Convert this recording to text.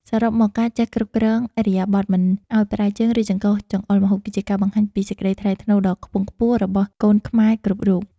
សរុបមកការចេះគ្រប់គ្រងឥរិយាបថមិនឱ្យប្រើជើង ឬចង្កឹះចង្អុលម្ហូបគឺជាការបង្ហាញពីសេចក្តីថ្លៃថ្នូរដ៏ខ្ពង់ខ្ពស់របស់កូនខ្មែរគ្រប់រូប។